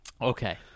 Okay